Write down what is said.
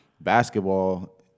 basketball